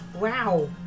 wow